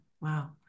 Wow